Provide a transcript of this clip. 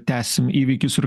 tęsim įvykius ir